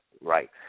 right